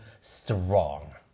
strong